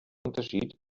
unterschied